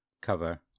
cover